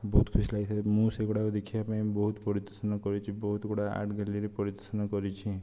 ବହୁତ ଖୁସି ଲାଗିଥାଏ ମୁଁ ସେଗୁଡ଼ାକ ଦେଖିବା ପାଇଁ ବହୁତ ପରିଦର୍ଶନ କରିଛି ବହୁତ ଗୁଡ଼ାଏ ଆର୍ଟ ଗ୍ୟାଲେରୀ ପରିଦର୍ଶନ କରିଛି